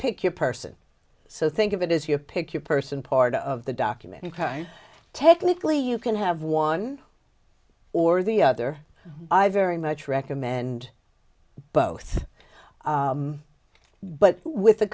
pick your person so think of it as your pick your person part of the document in crime technically you can have one or the other i very much recommend both but with the